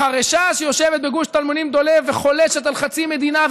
שיושבת בגוש טלמונים-דולב וחולשת על חצי מדינה,